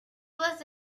was